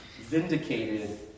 vindicated